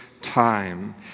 time